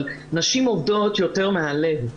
נשים עובדות יותר מהלב.